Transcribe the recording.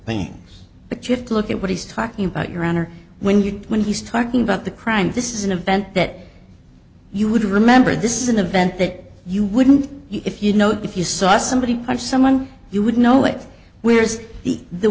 things but you have to look at what he's talking about your honor when you when he's talking about the crime this is an event that you would remember this is an event that you wouldn't if you know that if you saw somebody punch someone you would know it where's the